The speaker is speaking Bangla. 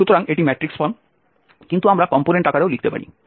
সুতরাং এটি ম্যাট্রিক্স ফর্ম কিন্তু আমরা কম্পোনেন্ট আকারেও লিখতে পারি